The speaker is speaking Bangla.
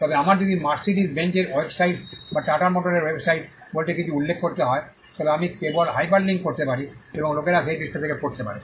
তবে আমার যদি মার্সিডিজ বেন্জের ওয়েবসাইট Mercedes Benz's website বা টাটার মোটরের ওয়েবসাইট Tata motor's website বলতে কিছু উল্লেখ করতে হয় তবে আমি কেবল হাইপারলিঙ্ক করতে পারি এবং লোকেরা সেই পৃষ্ঠা থেকে পড়তে পারে